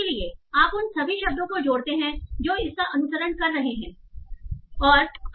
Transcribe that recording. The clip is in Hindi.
इसलिए आप उन सभी शब्दों को जोड़ते हैं जो इसका अनुसरण कर रहे हैं मे नहीं जोड़ते हैं